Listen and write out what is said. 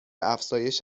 افزایش